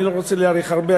אני לא רוצה להאריך הרבה,